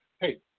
hey